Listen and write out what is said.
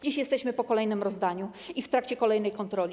Dziś jesteśmy po kolejnym rozdaniu i w trakcie kolejnej kontroli.